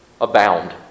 abound